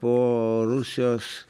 po rusijos